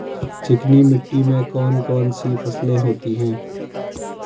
चिकनी मिट्टी में कौन कौन सी फसलें होती हैं?